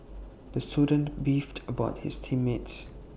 the student beefed about his team mates